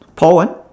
paul what